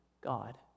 God